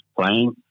playing